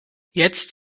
jetzt